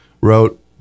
wrote